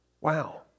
Wow